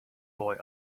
boy